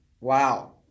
Wow